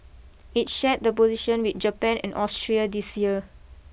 it shared the position with Japan and Austria this year